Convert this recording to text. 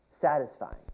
satisfying